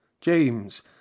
James